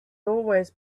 always